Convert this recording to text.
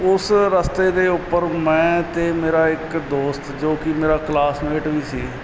ਉਸ ਰਸਤੇ ਦੇ ਉੱਪਰ ਮੈਂ ਅਤੇ ਮੇਰਾ ਇੱਕ ਦੋਸਤ ਜੋ ਮੇਰਾ ਕਲਾਸਮੇਟ ਵੀ ਸੀ